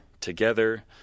together